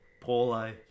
Paulo